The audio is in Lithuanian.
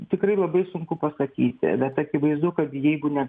tikrai labai sunku pasakyti bet akivaizdu kad jeigu ne